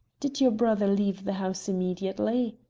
did your brother leave the house immediately?